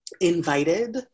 invited